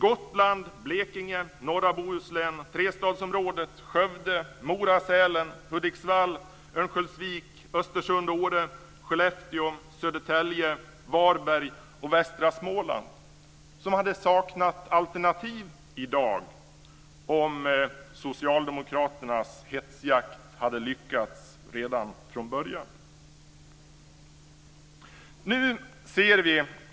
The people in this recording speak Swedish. Gotland, Blekinge, norra Södertälje, Varberg och västra Småland skulle i dag ha saknat alternativ om Socialdemokraternas hetsjakt hade lyckats redan från början.